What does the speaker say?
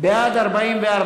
בעד, 44,